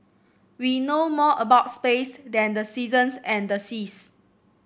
we know more about space than the seasons and the seas